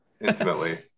intimately